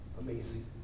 Amazing